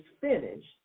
finished